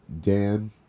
Dan